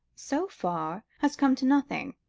so far, has come to nothing.